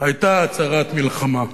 היתה הצהרת מלחמה.